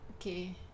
okay